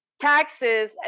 taxes